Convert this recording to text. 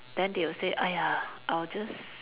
then they will say !aiya! I will just